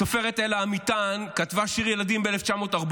הסופרת אלה אמיתן כתבה שיר ילדים ב-1940.